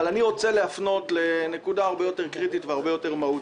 אבל אני רוצה להפנות לנקודה הרבה יותר קריטית ומהותית.